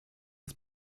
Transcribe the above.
ist